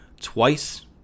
twice